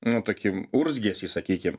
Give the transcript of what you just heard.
nu tokį urzgesį sakykim